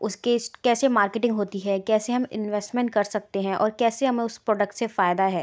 उसके इस्ट कैसे मार्केटिंग होती है कैसे हम इन्वेस्टमेंट कर सकते हैं और कैसे हमें उस प्रोडक्ट से फायदा है